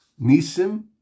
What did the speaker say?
Nisim